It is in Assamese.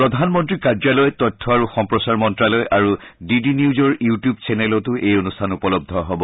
প্ৰাধনমন্ত্ৰীৰ কাৰ্যালয় তথ্য আৰু সম্প্ৰচাৰ মন্ত্ৰালয় আৰু ডি ডি নিউজৰ ইউটিউব চেনেলতো এই অনুষ্ঠান উপলব্ধ হ'ব